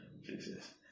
Jesus